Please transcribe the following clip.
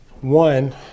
one